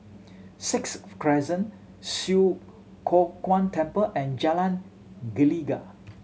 Sixth Crescent Swee Kow Kuan Temple and Jalan Gelegar